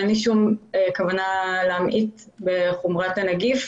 אין לי שום כוונה להמעיט מחומרת הנגיף.